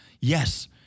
yes